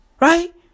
right